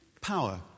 power